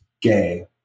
gay